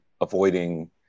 avoiding